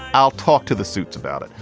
i'll talk to the suits about it.